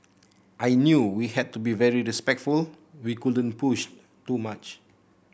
I knew we had to be very respectful we couldn't push too much